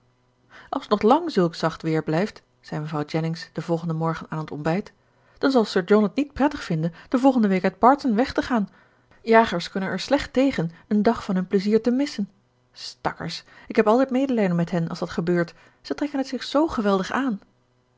als t nog lang zulk zacht weer blijft zei mevrouw jennings den volgenden morgen aan het ontbijt dan zal sir john het niet prettig vinden de volgende week uit barton weg te gaan jagers kunnen er slecht tegen een dag van hun pleizier te missen stakkers ik heb altijd medelijden met hen als dat gebeurt ze trekken het zich zoo geweldig aan